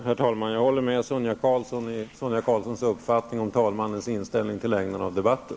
Herr talman! Jag håller med Sonia Karlsson i hennes uppfattning om talmannens inställning till längden av debatten.